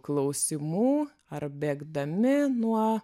klausimų ar bėgdami nuo